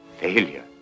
Failure